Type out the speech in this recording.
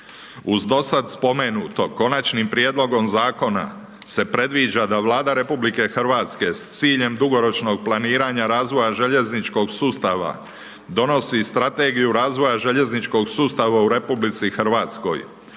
Uz do sada spomenutog, konačnim prijedlogom zakona, se predviđa da Vlada Republike Hrvatske s ciljem dugoročnog planiranja razvoja željezničkog sustava, donosi strategiju razvoja željezničkog sustava u RH, tj.